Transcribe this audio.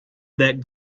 that